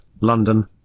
London